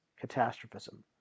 catastrophism